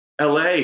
LA